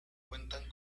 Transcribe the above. cuentan